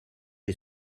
est